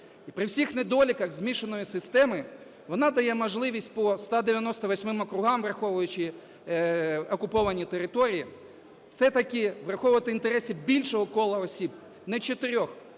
І при всіх недоліках змішаної системи, вона дає можливість по 198 округам, враховуючи окуповані території, все-таки враховувати інтереси більшого кола осіб, не чотирьох.